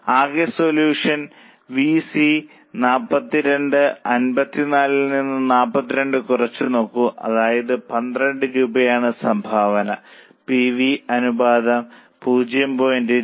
ആകെ solution V C 42 54 നിന്ന് 42 കുറച്ചു നോക്കൂ അതായത് പന്ത്രണ്ട് രൂപയാണ് സംഭാവന PV അനുപാതം 0